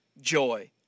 joy